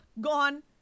gone